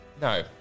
no